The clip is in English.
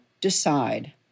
decide